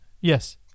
Yes